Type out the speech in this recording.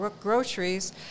groceries—